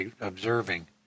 observing